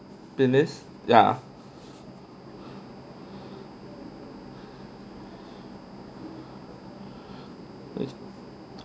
penis ya